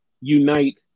Unite